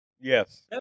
Yes